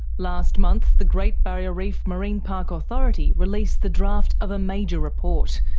last month, the great barrier reef marine park authority released the draft of a major report.